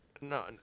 no